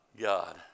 God